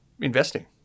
investing